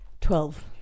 Twelve